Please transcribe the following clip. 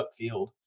upfield